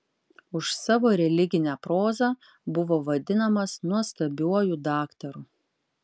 už savo religinę prozą buvo vadinamas nuostabiuoju daktaru